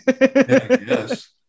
Yes